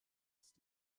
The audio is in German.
ist